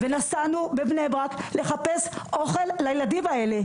ונסענו בבני ברק לחפש אוכל לילדים האלה.